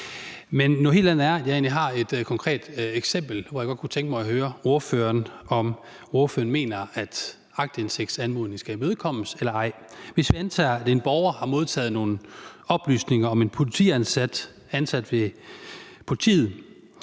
Men noget helt andet er, at jeg egentlig har et konkret eksempel, og jeg godt kunne tænke mig at høre ordføreren, om ordføreren mener, at en anmodning om aktindsigt skal imødekommes eller ej. Hvis vi antager, at en borger har modtaget nogle oplysninger om en, der er ansat ved politiet,